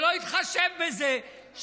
שלא יתחשב בזה,